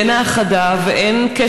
ואין האחדה,